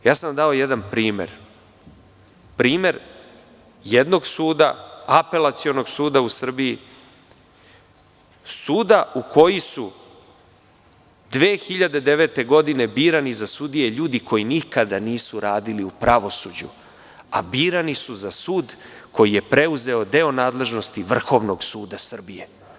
Dao sam vam jedan primer, primer jednog suda, Apelacionog suda u Srbiji, suda u kojem su 2009. godine birani za sudije ljudi koji nikada nisu radili u pravosuđu, a birani su za sud koji je preuzeo deo nadležnosti Vrhovnog suda Srbije.